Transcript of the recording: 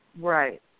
Right